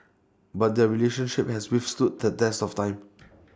but their relationship has withstood the test of time